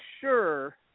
sure